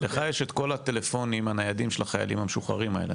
לך יש במשרד את כל הטלפונים הניידים של החיילים המשוחררים האלה,